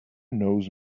knows